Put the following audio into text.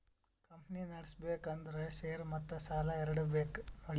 company ನಡುಸ್ಬೆಕ್ ಅಂದುರ್ share ಮತ್ತ ಸಾಲಾ ಎರಡು ಬೇಕ್